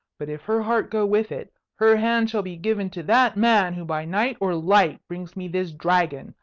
but if her heart go with it, her hand shall be given to that man who by night or light brings me this dragon,